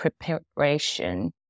preparation